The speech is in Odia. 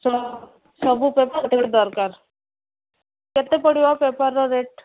ସ ସବୁ ପେପର୍ ଗୋଟେ ଗୋଟେ ଦରକାର କେତେ ପଡ଼ିବ ପେପର୍ର ରେଟ୍